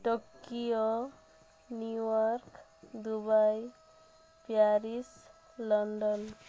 Tokyo New York Dubai Paris London